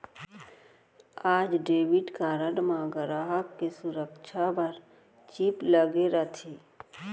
आज debit card म गराहक के सुरक्छा बर चिप लगे रथे